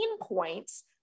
points